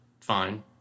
Fine